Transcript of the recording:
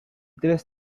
tres